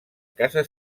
casa